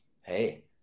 Hey